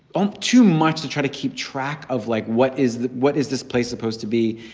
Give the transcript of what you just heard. um too much to try to keep track of, like, what is what is this place supposed to be?